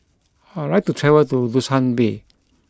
I would like to travel to Dushanbe